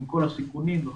עם כל הסיכונים וכו'.